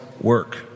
work